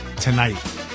Tonight